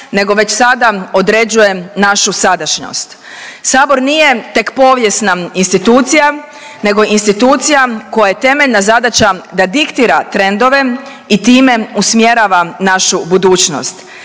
nego već sada određuje našu sadašnjost. Sabor nije tek povijesna institucija, nego institucija koja je temeljna zadaća da diktira trendove i time usmjerava našu budućnost